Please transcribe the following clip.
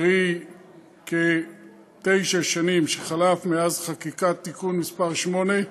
קרי כתשע שנים, שחלף מאז חקיקת תיקון מס' 8,